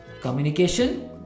communication